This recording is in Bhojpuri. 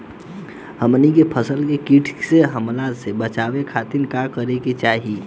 हमनी के फसल के कीट के हमला से बचावे खातिर का करे के चाहीं?